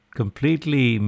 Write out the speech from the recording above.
completely